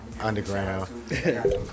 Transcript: underground